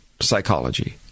Psychology